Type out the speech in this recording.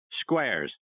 Squares